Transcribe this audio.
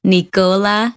Nicola